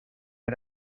era